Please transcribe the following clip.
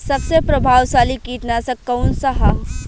सबसे प्रभावशाली कीटनाशक कउन सा ह?